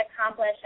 accomplish